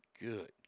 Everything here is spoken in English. Good